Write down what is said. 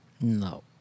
No